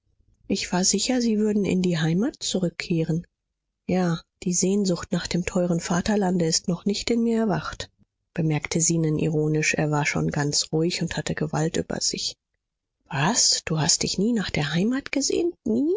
ich war sicher sie würden in die heimat zurückkehren ja die sehnsucht nach dem teuren vaterlande ist noch nicht in mir erwacht bemerkte zenon ironisch er war schon ganz ruhig und hatte gewalt über sich was du hast dich nie nach der heimat gesehnt